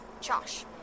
Josh